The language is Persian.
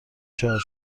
شارژ